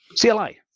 CLI